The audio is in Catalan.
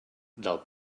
del